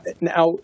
Now